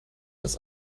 das